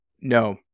No